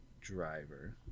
driver